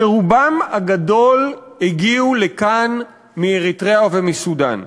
שרובם הגדול הגיעו לכאן מאריתריאה ומסודאן.